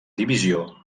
divisió